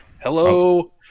Hello